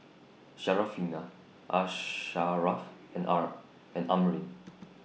Syarafina Asharaff and and Amrin